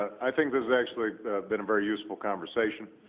i think this has actually been a very useful conversation.